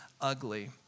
ugly